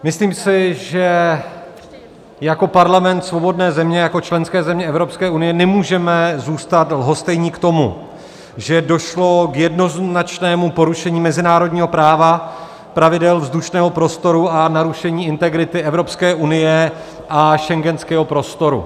Myslím si, že jako Parlament svobodné země, jako členské země Evropské unie nemůžeme zůstat lhostejní k tomu, že došlo k jednoznačnému porušení mezinárodního práva, pravidel vzdušného prostoru a narušení integrity Evropské unie a schengenského prostoru.